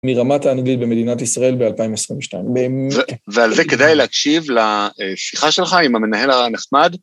מרמת האנגלית במדינת ישראל ב-2022. ועל זה כדאי להקשיב לשיחה שלך עם המנהל הנחמד.